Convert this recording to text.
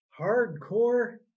hardcore